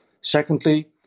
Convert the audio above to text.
Secondly